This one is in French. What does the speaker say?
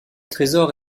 trésor